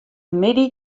middei